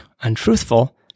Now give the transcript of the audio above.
untruthful